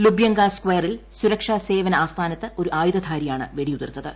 Lubyanka സ്കയറിൽ സുരക്ഷാ സേവന ആസ്ഥാനത്ത് ഒരു ആയുധധാരി ആണ്ട്രവെടിയുതിർത്തത്